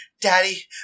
Daddy